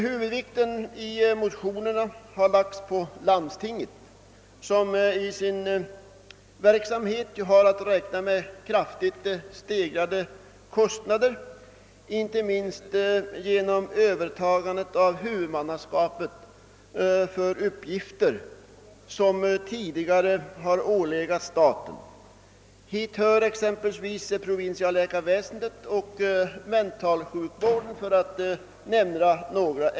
Huvudvikten i motionerna har lagts på att landstinget i sin verksamhet har att räkna med kraftigt stegrade kostnader inte minst genom övertagandet av huvudmannaskapet för uppgifter som tidigare har åvilat staten. Hit hör ex empelvis provinsialläkarväsendet och mentalsjukvården.